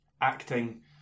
Acting